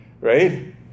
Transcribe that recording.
right